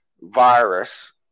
virus